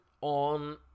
on